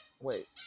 Wait